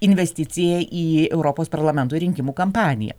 investicija į europos parlamento rinkimų kampaniją